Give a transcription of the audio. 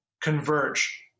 converge